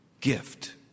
gift